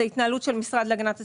התנהלות המשרד להגנת הסביבה,